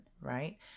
right